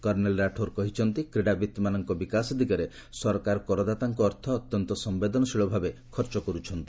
colonel Rathore କହିଛନ୍ତି କ୍ରୀଡ଼ାବିତ୍ମାନଙ୍କ ବିକାଶ ଦିଗରେ ସରକାର କରଦାତାଙ୍କ ଅର୍ଥ ଅତ୍ୟନ୍ତ ସମ୍ଭେଦନଶୀଳ ଭାବେ ଖର୍ଚ୍ଚ କରୁଛନ୍ତି